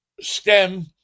stem